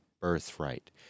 birthright